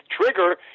Trigger